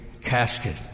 casket